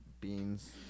beans